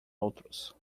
outros